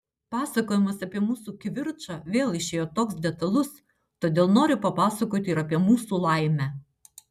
pasakojimas apie mūsų kivirčą vėl išėjo toks detalus todėl noriu papasakoti ir apie mūsų laimę